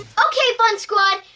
okay, fun squad,